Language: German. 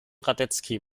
radetzky